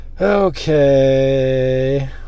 Okay